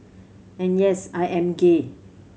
and yes I am gay